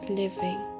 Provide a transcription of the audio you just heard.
living